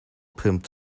pimped